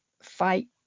fight